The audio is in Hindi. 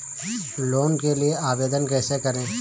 लोन के लिए आवेदन कैसे करें?